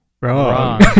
Wrong